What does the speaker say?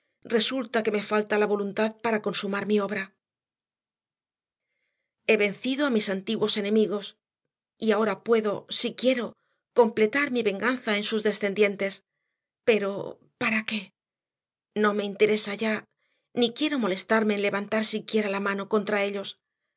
resulta que me falta la voluntad para consumar mi obra he vencido a mis antiguos enemigos y ahora puedo si quiero completar mi venganza en sus descendientes pero para qué no me interesa ya ni quiero molestarme en levantar siquiera la mano contra ellos